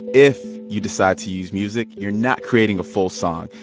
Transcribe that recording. if you decide to use music, you're not creating a full song.